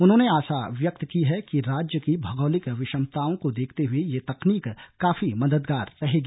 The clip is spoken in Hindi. उन्होंने आशा व्यक्त की कि राज्य की भौगोलिक विषमताओं को देखते हुए यह तकनीक काफी मददगार रहेगी